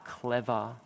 clever